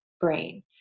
brain